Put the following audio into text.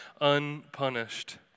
unpunished